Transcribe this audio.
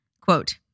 Quote